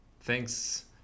thanks